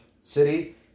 city